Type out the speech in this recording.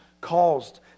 caused